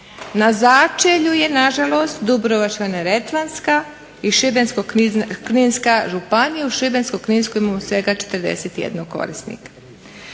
Na začelju je na žalost Dubrovačko-Neretvanska i Šibensko-Kninska županija u Šibensko-kninskoj imamo svega 41 korisnika.